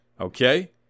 okay